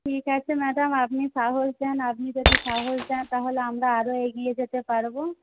ঠিক আছে ম্যাডাম আপনি সাহস দেন আপনি যদি সাহস দেন তাহলে আমরা আরও এগিয়ে যেতে পারব